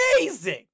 amazing